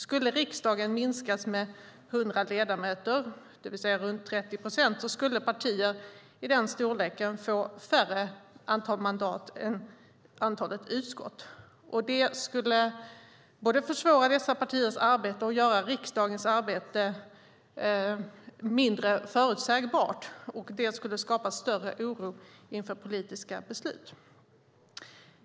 Skulle riksdagen minskas med 100 ledamöter, det vill säga runt 30 procent, skulle partier i den storleken få färre mandat än antalet utskott. Det skulle både försvåra dessa partiers arbete och göra riksdagens arbete mindre förutsägbart. Och det skulle skapa större oro inför politiska beslut.